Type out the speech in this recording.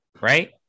Right